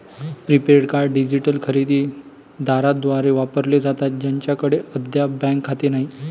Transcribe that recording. prepaid card digital खरेदी दारांद्वारे वापरले जातात ज्यांच्याकडे अद्याप बँक खाते नाही